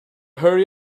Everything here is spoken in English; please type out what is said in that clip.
hurry